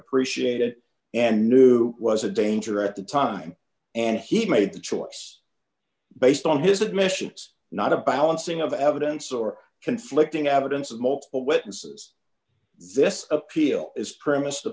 appreciate it and knew was a danger at the time and he made the choice based on his admissions not a balancing of evidence or conflicting evidence of multiple witnesses this appeal is premised